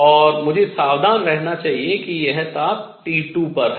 और मुझे सावधान रहना चाहिए कि यह ताप T2 पर है